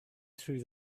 through